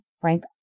Frank